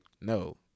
no